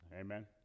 Amen